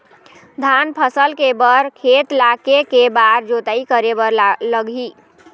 धान फसल के बर खेत ला के के बार जोताई करे बर लगही?